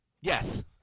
Yes